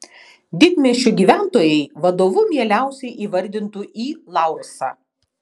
didmiesčių gyventojai vadovu mieliausiai įvardintų i laursą